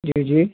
जी जी